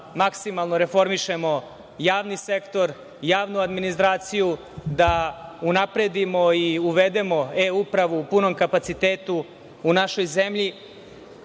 da maksimalno reformišemo javni sektor, javnu administraciju, da unapredimo i uvedemo E upravu u punom kapacitetu u našoj zemlji,